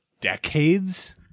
Decades